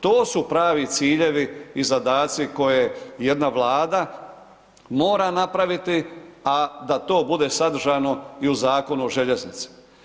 To su pravi ciljevi i zadaci koje jedna Vlada mora napraviti, a da to bude sadržajno i u Zakonu o željeznici.